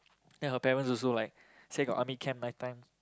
then her parents also like say got army camp night time